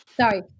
Sorry